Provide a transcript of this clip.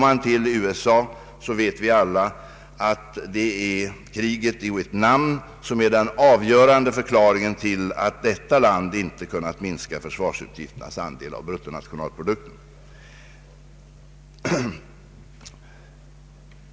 Vad gäller USA vet vi alla att det är kriget i Vietnam som är den avgörande förklaringen till att detta land inte kunnat minska försvarsutgifternas andel av bruttonationalprodukten.